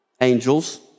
Angels